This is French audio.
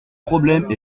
problème